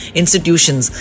institutions